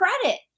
credit